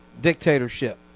dictatorship